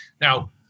Now